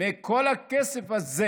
מכל הכסף הזה